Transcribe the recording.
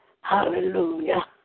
Hallelujah